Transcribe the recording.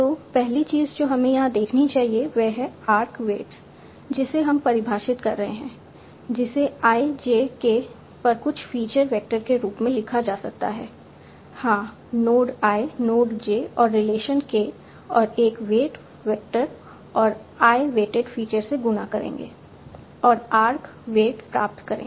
तो पहली चीज़ जो हमें यहाँ देखनी चाहिए वह है आर्क वेट्स जिसे हम परिभाषित कर रहे हैं जिसे i j k पर कुछ फ़ीचर वेक्टर के रूप में लिखा जा सकता है हाँ नोड i नोड j और रिलेशन k और एक वेट वेक्टर और i वेटेड फ़ीचर से गुणा करें और आर्क वेट प्राप्त करें